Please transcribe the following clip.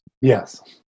yes